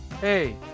Hey